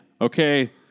okay